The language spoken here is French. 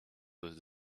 aux